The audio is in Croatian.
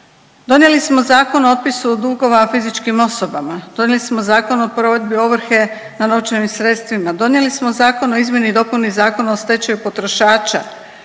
Donijeli smo Zakon o otpisu dugova fizičkim osobama, donijeli smo Zakon o provedbi ovrhe na novčanim sredstvima, donijeli smo zakon o izmjeni i dopuni Zakona o stečaju potrošača.